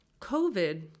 COVID